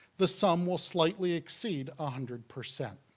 the sum will slightly exceed a hundred percent.